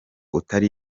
utari